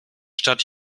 stadt